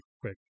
quick